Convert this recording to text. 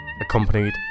accompanied